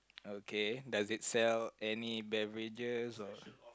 okay does it sell any beverages or